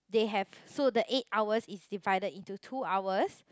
they have so the eight hours is divided into two hours